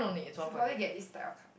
should probably get this type of cards